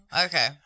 Okay